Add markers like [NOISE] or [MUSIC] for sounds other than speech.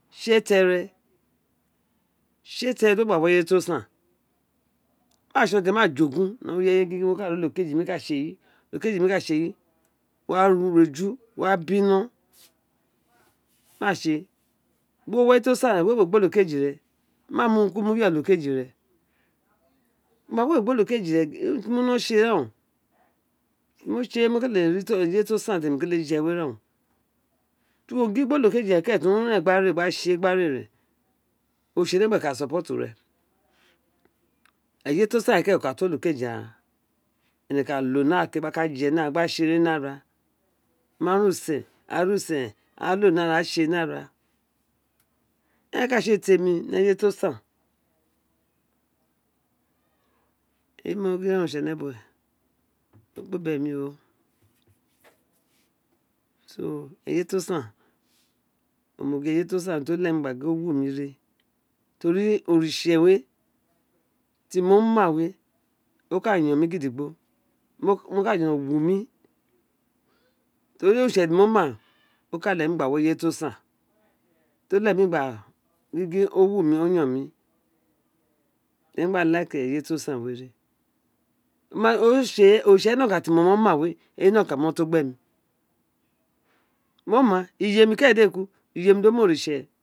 Tse tẹré tse térè ti wo gba wi eye ti osan ma tson ode ma jogun gin ni ẹwọ ireye am wo ka kí olo kej ob kyi ka tse ẹyi wo wa ro eju wo ma bi nọ ma tse bí uwo wí eye ti o san rén wewe gbí oto keji re ma mu urun kusun mu yéré gbi olokeji re wo ma wéwè gbí olokeji re eyi urun ti mo mó tse ríen mo tse owun kete ri eye tí o san tí mo keté rí urun je we réren ó ti uwo ginghí olokeji re tí o rén gba re rérèn oritse de ka da tu tse toro eye to san kérèn ka da to olokeji ara énè ka lo ni ara wérè gba tse urun mí ara ma rí usẹn aari usẹn a lo ni ara a tse ní ara erẹn kaa tse temí ni eye ti o san eyi mo gin reeh o oritsénebuwe gbiem abemí ó ẹye to san o mo gin eye to san tí o lemí gba gin o wu mí to ri oritse we ti mo ma we o ka yọn mi gid gbo o ka jọlo wa mí torí oritse ti mo má o ka lẹghẹ mi gba wa eyewe ti o san ti o leghe mí gba gin gin owunmí owunmí owumí temi gba [UNINTELLIGIBLE] to gan bọja we o tse oritse nọkan ti, mo mó a we eyi nokan to gbe mi mo ma iyemi keren ma di éè si ku iyemi mí oritse